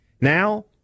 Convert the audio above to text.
Now